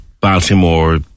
Baltimore